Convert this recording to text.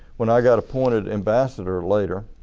when i got appointed ambassador later,